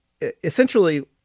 essentially